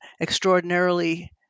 extraordinarily